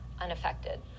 unaffected